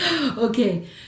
Okay